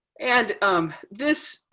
and um this,